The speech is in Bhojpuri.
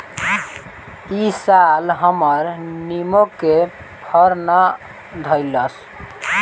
इ साल हमर निमो के फर ना धइलस